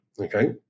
okay